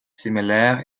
similaire